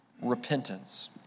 Repentance